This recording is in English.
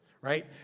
right